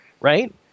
Right